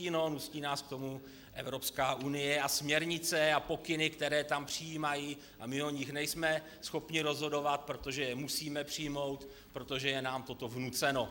No nutí nás k tomu Evropská unie a směrnice a pokyny, které tam přijímají, a my o nich nejsme schopni rozhodovat, protože je musíme přijmout, protože je nám toto vnuceno.